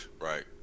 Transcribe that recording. Right